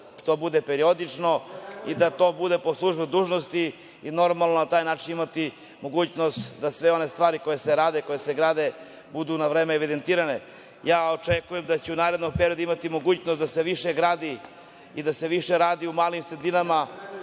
da to bude periodično i da to bude po službenoj dužnosti. Normalno, na taj način ćemo imati mogućnost da sve one stvari koje se rade, koje se grade, budu na vreme evidentirane. Očekujem da će u narednom periodu imati mogućnost da se više gradi i da se više radi u malim sredinama,